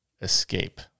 escape